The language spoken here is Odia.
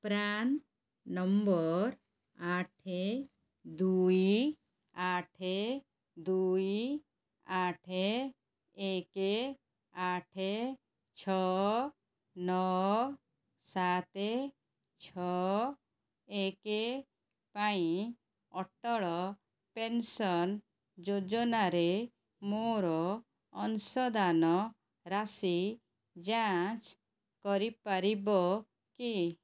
ପ୍ରାନ୍ ନମ୍ବର ଆଠ ଦୁଇ ଆଠ ଦୁଇ ଆଠ ଏକ ଆଠ ଛଅ ନଅ ସାତ ଛଅ ଏକ ପାଇଁ ଅଟଳ ପେନସନ୍ ଯୋଜନାରେ ମୋର ଅଂଶଦାନ ରାଶି ଯାଞ୍ଚ କରିପାରିବ କି